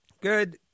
good